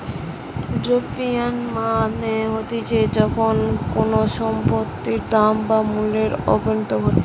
depreciation মানে হতিছে যখন কোনো সম্পত্তির দাম বা মূল্যর অবনতি ঘটতিছে